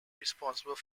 responsible